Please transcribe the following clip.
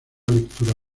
lectura